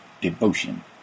devotion